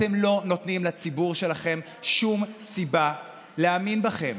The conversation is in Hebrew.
אתם לא נותנים לציבור שלכם שום סיבה להאמין בכם.